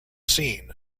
scene